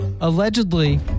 allegedly